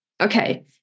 Okay